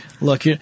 look